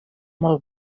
molt